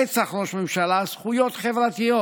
רצח ראש ממשלה, זכויות חברתיות,